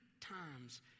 times